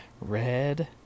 red